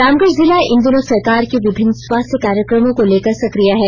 रामगढ़ जिला इन दिनों सरकार के विभिन्न स्वास्थ्य कार्यक्रमों के लेकर सक्रिय है